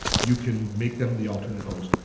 you can make them the alternate host,